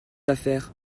affaires